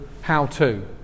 how-to